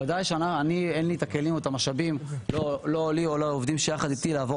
ודאי שלי אין את הכלים והמשאבים לא לי ולא לעובדים איתי לעבור